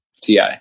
ti